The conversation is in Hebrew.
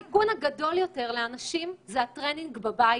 הסיכון הגדול יותר לאנשים היום זה הטרנינג בבית.